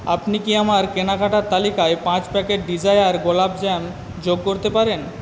আপনি কি আমার কেনাকাটার তালিকায় পাঁচ প্যাকেট ডিজায়ার গোলাপজাম যোগ করতে পারেন